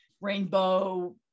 rainbow